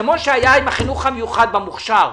כמו שהיה עם החינוך המיוחד במוכש"ר,